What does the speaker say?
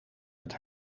met